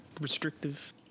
restrictive